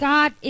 God